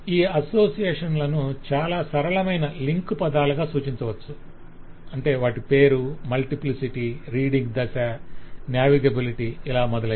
ఈ అసోసియేషన్ లను చాలా సరళమైన లింక్ పదాలుగా సూచించవచ్చు వాటి పేరు మల్టిప్లిసిటీ రీడింగ్ దిశ నావిగేబిలిటీ మొదలైనవి